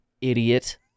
idiot